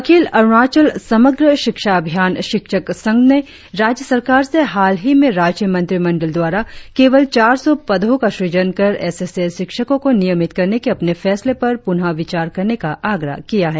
अखिल अरुणाचल समग्र शिक्षा अभियान शिक्षक संघ ने राज्य सरकार से हाल ही में राज्य मंत्रिमंडल द्वारा केवल चार सौ पदों का सुजन कर एस एस ए शिक्षको को नियमित करने के अपने फैसले पर पुनः विचार करने का आग्रह किया है